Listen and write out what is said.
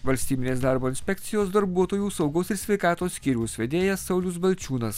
valstybinės darbo inspekcijos darbuotojų saugos ir sveikatos skyriaus vedėjas saulius balčiūnas